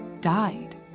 died